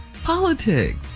Politics